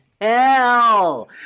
hell